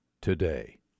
today